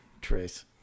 trace